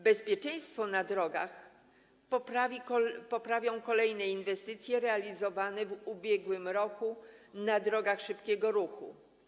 Bezpieczeństwo na drogach poprawiły kolejne inwestycje realizowane w ubiegłym roku na drogach szybkiego ruchu.